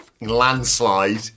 landslide